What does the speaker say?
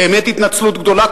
באמת התנצלות גדולה,